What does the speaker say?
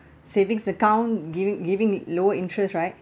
savings account giving giving lower interest right